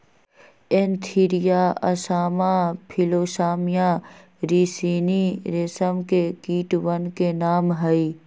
Antheraea assama Philosamia ricini रेशम के कीटवन के नाम हई